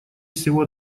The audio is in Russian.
всего